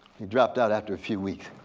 he dropped out after few weeks.